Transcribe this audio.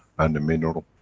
and the mineral,